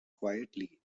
quietly